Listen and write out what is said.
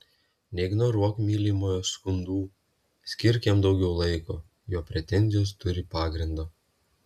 neignoruok mylimojo skundų skirk jam daugiau laiko jo pretenzijos turi pagrindo